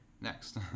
next